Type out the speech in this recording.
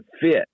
fit